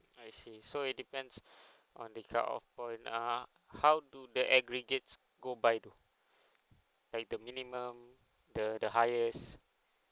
I see so it depends on the cut off point err how do the aggregates go by though like the minimum the the highest